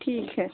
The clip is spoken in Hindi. ठीक है